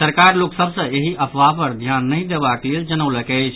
सरकार लोक सभ सँ एहि अफवाह पर ध्यान नहि देबाक लेल जनौलक अछि